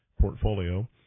portfolio